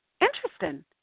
Interesting